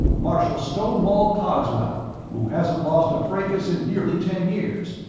marshal stonewall cogswell, who hasn't lost a fracas in nearly ten years,